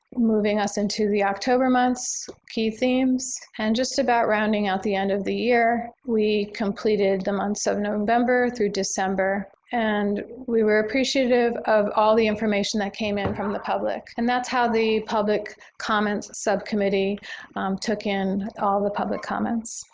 moving us into the october months, key themes. and just about rounding out the end of the year, we completed the months of november through december. and we were appreciative of all the information that came in from the public. and that's how the public comments subcommittee took in all the public comments.